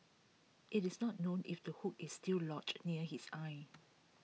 IT is not known if the hook is still lodged near his eye